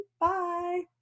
bye